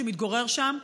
שמתגורר שם,